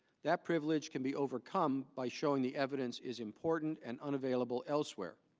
that privilege can be overcome by showing the evidence is important and unavailable elsewhere.